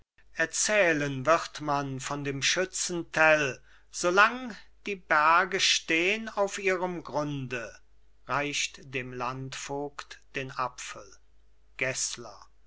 erzählen wird man von dem schützen tell solang die berge stehn auf ihrem grunde reicht dem landvogt den apfel gessler